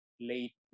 late